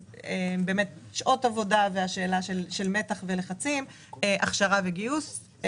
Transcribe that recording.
יש שאלה של שעות עבודה, מתח ולחצים, הכשרה וגיוס.